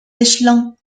échelons